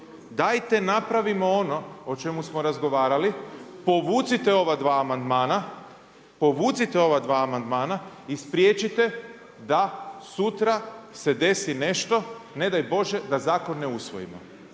dajte napravimo ono o čemu smo razgovarali, povucite ova 2 amandmana i spriječite da sutra se desi nešto, ne daj Bože da zakon ne usvojimo.